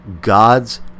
gods